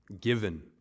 given